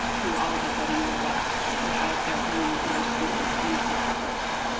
who all of a sudden were left without their home or school in-school supports.